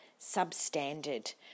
substandard